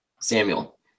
Samuel